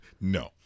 no